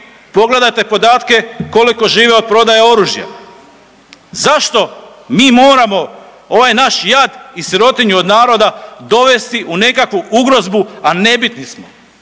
Pogledajte podatke koliko žive od prodaje oružja. Zašto mi moramo ovaj naš jad i sirotinju od naroda dovesti u nekakvu ugrozbu, a nebitni smo?